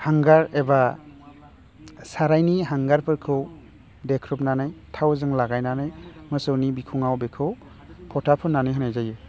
हांगार एबा साराइनि हांगारफोरखौ देख्रुबनानै थावजों लागायनानै मोसौनि बिखुंआव बेखौ फथा फुननानै होनाय जायो